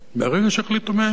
מהרגע שיחליטו, 100 יום.